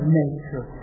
nature